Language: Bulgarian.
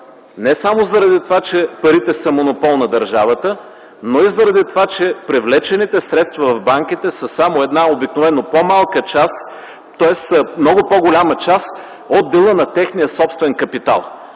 Не само заради това, че парите са монопол на държавата, но и заради това, че привлечените средства в банките, са само една, обикновено много по-голяма част от дела на техния собствен капитал,